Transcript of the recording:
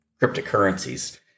cryptocurrencies